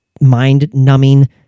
mind-numbing